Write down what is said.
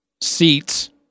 seats